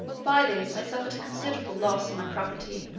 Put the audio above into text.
by this i suffered a considerable loss in my property